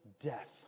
death